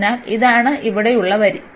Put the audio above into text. അതിനാൽ ഇതാണ് ഇവിടെയുള്ള വരി